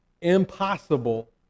impossible